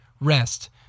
rest